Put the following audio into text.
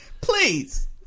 Please